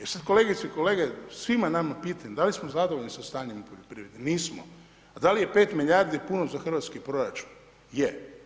E sad kolegice i kolege svima nama pitanje, da li smo zadovoljni sa stanjem u poljoprivredi, nismo, a da li je 5 milijardi puno za hrvatski proračun, je.